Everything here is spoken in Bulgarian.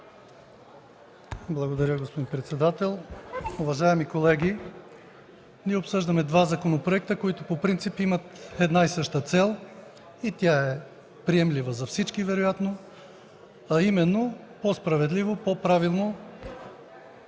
Благодаря, господин председател. Уважаеми колеги, ние обсъждаме два законопроекта, които по принцип имат една и съща цел и тя вероятно е приемлива за всички, а именно по-справедливо, по-правилно